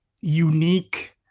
unique